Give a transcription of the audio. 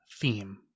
theme